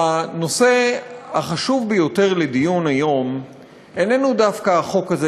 הנושא החשוב ביותר לדיון היום איננו דווקא החוק הזה,